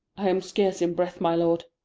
i'm scarce in breath, my lord.